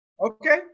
Okay